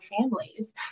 families